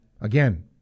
Again